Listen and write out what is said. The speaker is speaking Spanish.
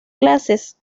clases